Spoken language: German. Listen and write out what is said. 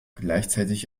gleichzeitig